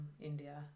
India